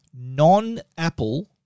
non-Apple